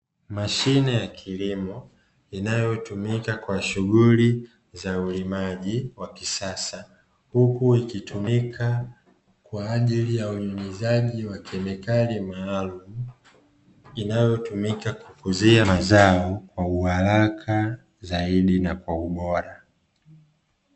Mashine ya kilimo inayotumika kwa shughuli za ulimaji wa kisasa, huku ikitumika kwa ajili ya unyunyiziaji wa kemikali maalumu, inayotumika kukuzia mazao, kwa uharaka zaidi na kwa ubora.